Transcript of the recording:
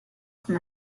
con